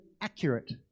accurate